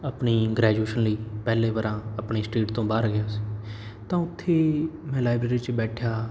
ਆਪਣੀ ਗ੍ਰੈਜੂਏਸ਼ਨ ਲਈ ਪਹਿਲੇ ਵਰਾਂ ਆਪਣੀ ਸਟੇਟ ਤੋਂ ਬਾਹਰ ਗਿਆ ਸੀ ਤਾਂ ਉੱਥੇ ਮੈਂ ਲਾਇਬਰੇਰੀ 'ਚ ਬੈਠਿਆ